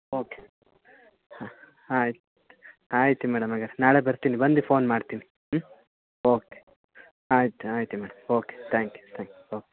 okay ಹಾಂ ಹಾಂ ಆಯ್ತು ಆಯಿತು ಮೇಡಮ್ ಹಾಗಾರ್ ನಾಳೆ ಬರ್ತೀನಿ ಬಂದು ಫೋನ್ ಮಾಡ್ತೀನಿ ಹ್ಞೂ ಓಕೆ ಆಯಿತು ಆಯಿತು madam okay thank you thank you okay